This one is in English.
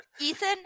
Ethan